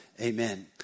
amen